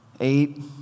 eight